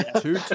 Two